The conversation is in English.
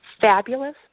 fabulous